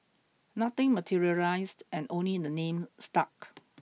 nothing materialised and only the name stuck